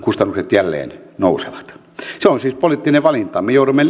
jälleen nousevat se on siis poliittinen valinta me joudumme